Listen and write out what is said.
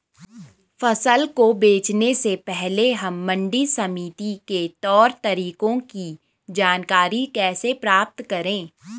फसल को बेचने से पहले हम मंडी समिति के तौर तरीकों की जानकारी कैसे प्राप्त करें?